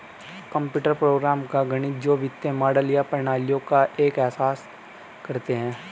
computer program का गणित जो वित्तीय मॉडल या प्रणालियों का एहसास करते हैं